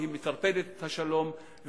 והיא מטרפדת את השלום,